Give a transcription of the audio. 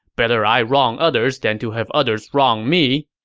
better i wrong others than to have others wrong me.